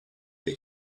the